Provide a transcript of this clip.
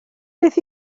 beth